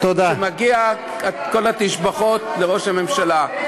שמגיעות בו כל התשבחות לראש הממשלה.